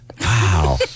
Wow